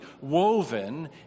woven